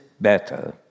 better